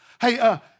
hey